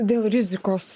dėl rizikos